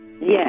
Yes